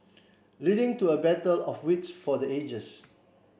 leading to a battle of wits for the ages